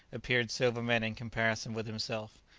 appeared sober men in comparison with himself,